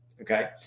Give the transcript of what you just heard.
Okay